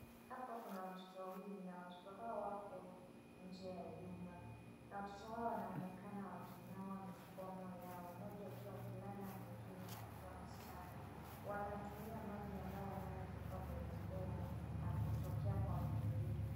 Hapa kuna watoto wawili na watoto hao wako nje ya jumba na watoto hawa wanaonekana kunawa mikono yao mmoja akiwa mvulana mwingine akiwa msichana wanatumia maji ambayo yanayotoka kwenye ndoo na kutokea kwa mfereji.